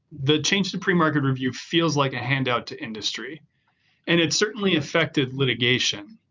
the change to pre-market review feels like a handout to industry and it certainly affected litigation,